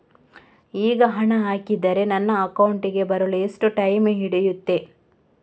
ಈಗ ಹಣ ಹಾಕಿದ್ರೆ ನನ್ನ ಅಕೌಂಟಿಗೆ ಬರಲು ಎಷ್ಟು ಟೈಮ್ ಹಿಡಿಯುತ್ತೆ?